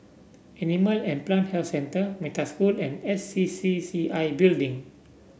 Animal and Plant Health Centre Metta School and S C C C I Building